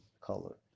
color